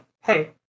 hey